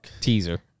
Teaser